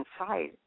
inside